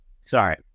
sorry